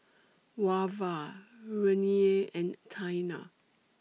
Wava Renea and Taina